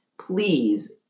please